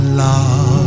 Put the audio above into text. love